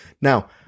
Now